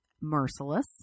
merciless